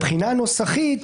מבחינה נוסחית,